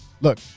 Look